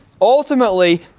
Ultimately